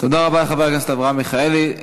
תודה רבה לחבר הכנסת אברהם מיכאלי.